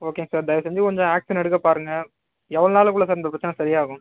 okay sir தயவு செஞ்சு கொஞ்சம் ஆக்ஷன் எடுக்க பாருங்கள் எவ்வளோ நாளுக்குள்ளே சார் இந்த பிரச்சனை சரியாகும்